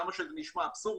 כמה שזה נשמע אבסורדי,